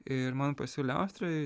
ir man pasiūlė austrijoj